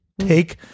Take